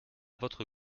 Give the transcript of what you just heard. votre